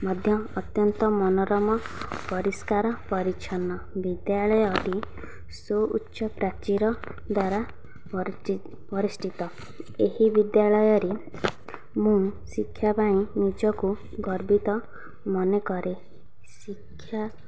ମଧ୍ୟ ଅତ୍ୟନ୍ତ ମନୋରମ ପରିଷ୍କାର ପରିଚ୍ଛନ୍ନ ବିଦ୍ୟାଳୟଟି ସୁଉଚ୍ଚ ପ୍ରାଚୀର ଦ୍ୱାରା ପରିବେଷ୍ଟିତ ଏହି ବିଦ୍ୟାଳୟରେ ମୁଁ ଶିକ୍ଷା ପାଇଁ ନିଜକୁ ଗର୍ବିତ ମନେ କରେ ଶିକ୍ଷା